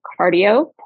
cardio